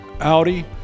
Audi